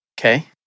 Okay